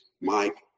Mike